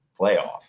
playoff